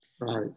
Right